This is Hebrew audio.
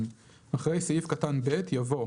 (2)אחרי סעיף קטן (ב) יבוא,